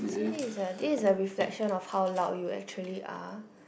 see this ah this is a reflection of how loud you actually are